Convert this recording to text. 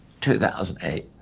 2008